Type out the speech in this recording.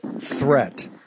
threat